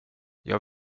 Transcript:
jag